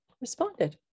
responded